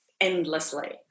endlessly